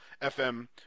FM